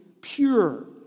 pure